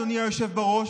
אדוני היושב בראש,